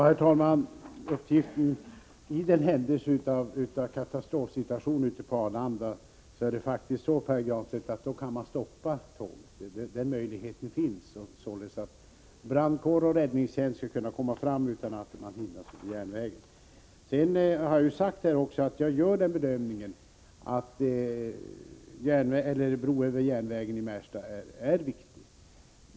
Herr talman! I händelse av en katastrofsituation ute på Arlanda kan man faktiskt, Pär Granstedt, stoppa tågtrafiken. Den möjligheten finns. Brandkår och räddningstjänst skall kunna komma fram utan att hindras av järnvägen. Jag har här sagt att jag gör den bedömningen att en bro över järnvägen i Märsta är viktig.